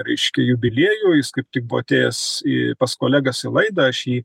reiškia jubiliejų jis kaip tik buvo atėjęs į pas kolegas į laidą aš jį